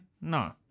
No